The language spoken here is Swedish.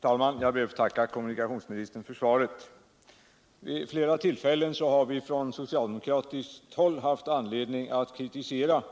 Herr talman! Jag ber att få tacka kommunikationsministern för svaret. Vid flera tillfällen har vi från socialdemokratiskt håll haft anledning att kritisera